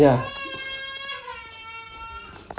yeah